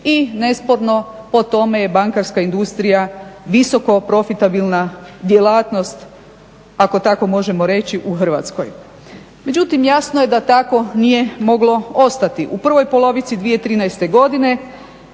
i nesporno po tome je bankarska industrija visoko profitabilna djelatnost ako tako možemo reći u Hrvatskoj. Međutim, jasno je da tako nije moglo ostati. U prvoj polovici 2013. godine